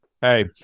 Hey